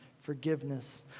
forgiveness